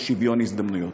למען שוויון הזדמנויות.